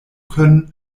können